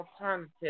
alternative